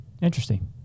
Interesting